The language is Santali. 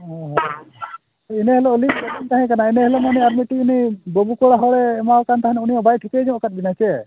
ᱦᱳᱭ ᱤᱱᱟᱹ ᱦᱤᱞᱳᱜ ᱟᱹᱞᱤᱧ ᱵᱟᱹᱞᱤᱧ ᱛᱟᱦᱮᱸ ᱠᱟᱱᱟ ᱤᱱᱟᱹ ᱦᱤᱞᱳᱜ ᱟᱨ ᱢᱫᱴᱤᱡ ᱩᱱᱤ ᱵᱟᱹᱵᱩ ᱠᱚᱲᱟ ᱦᱚᱲᱮ ᱮᱢᱟ ᱠᱚ ᱛᱟᱦᱮᱱᱟ ᱩᱱᱤᱢᱟ ᱵᱟᱭ ᱴᱷᱤᱠᱟᱹ ᱧᱚᱜᱼᱧ ᱠᱟᱫ ᱵᱤᱱᱟ ᱥᱮ